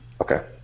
Okay